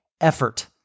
effort